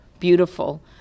beautiful